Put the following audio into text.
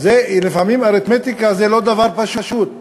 לפעמים אריתמטיקה זה לא דבר פשוט.